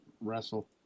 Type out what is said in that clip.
wrestle